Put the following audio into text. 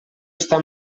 està